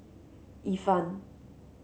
Ifan